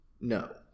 No